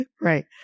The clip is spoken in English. Right